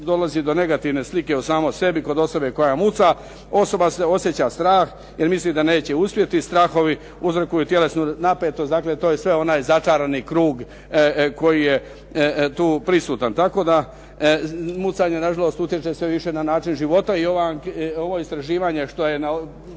dolazi do negativne slike o samom sebi kod osobe koja muca. Osoba osjeća strah, jer misli da neće uspjeti, strahovi uzrokuju tjelesnu napetost, to je sve onaj začarani krug koji je tu prisutan. Tako da na žalost mucanje sve više na način života. i ovo istraživanje …